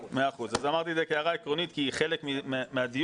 אמרתי את זה כהערה עקרונית כחלק מהדיון